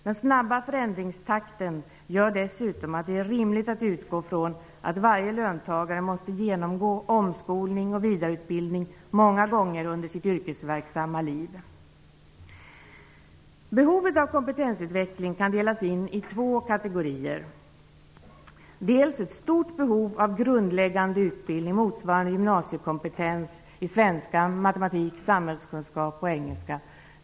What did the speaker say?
Den snabba förändringstakten gör dessutom att det är rimligt att utgå från att varje löntagare måste genomgå omskolning och vidareutbildning många gånger under sitt yrkesverksamma liv. Behovet av kompetensutveckling kan delas in i två kategorier. Dels ett stort behov av grundläggande utbildning motsvarande gymnasiekompetens i svenska, matematik, samhällskunskap och engelska.